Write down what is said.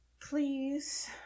please